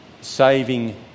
saving